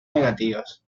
negativas